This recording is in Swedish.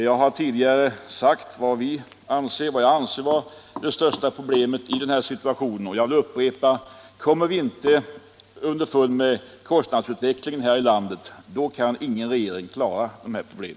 Jag har tidigare talat om vad som, enligt min mening, är det största problemet i dagens situation, och jag upprepar: Klarar vi inte kostnadsutvecklingen här i landet kan ingen regering lösa dessa problem.